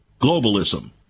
globalism